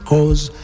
Cause